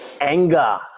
anger